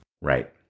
Right